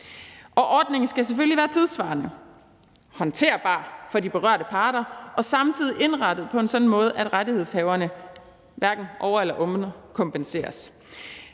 Og ordningen skal selvfølgelig være tidssvarende, håndterbar for de berørte parter og samtidig indrettet på en sådan måde, at rettighedshaverne hverken over- eller underkompenseres.